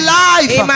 life